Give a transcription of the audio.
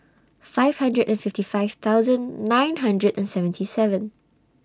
five hundred and fifty five thousand nine hundred and seventy seven